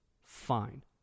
fine